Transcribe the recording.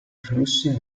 flussi